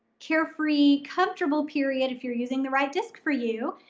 carefree comfortable period, if you're using the right disc for you.